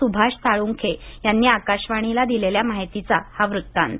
सुभाष साळुंखे यांनी आकाशवाणीला दिलेल्या माहितीचा हा वृत्तांत